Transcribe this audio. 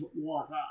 water